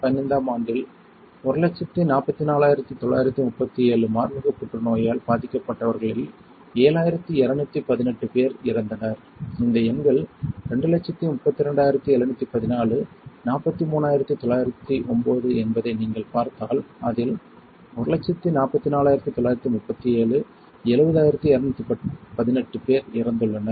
2015 ஆம் ஆண்டில் 144937 மார்பக புற்றுநோயால் பாதிக்கப்பட்டவர்களில் 7218 பேர் இறந்தனர் இந்த எண்கள் 232714 43909 என்பதை நீங்கள் பார்த்தால் அதில் 144937 70218 பேர் இறந்துள்ளனர்